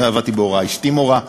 אני עבדתי בהוראה, אשתי מורה,